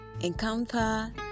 encounter